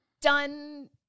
done